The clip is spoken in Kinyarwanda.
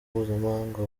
mpuzamahanga